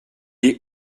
est